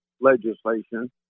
legislation